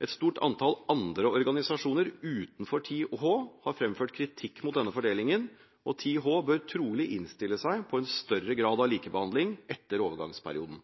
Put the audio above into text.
Et stort antall andre organisasjoner utenfor 10H har framført kritikk mot denne fordelingen, og 10H bør trolig innstille seg på en større grad av likebehandling etter overgangsperioden.